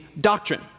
doctrine